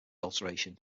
alteration